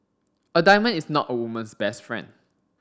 a diamond is not a woman's best friend